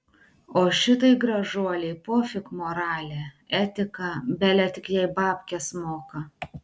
o šitai gražuolei pofik moralė etika bele tik jai babkes moka